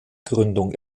gründung